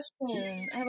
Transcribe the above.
question